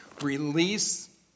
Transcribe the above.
Release